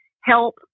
help